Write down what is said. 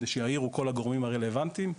על מנת שיעירו כל הגורמים הרלוונטיים,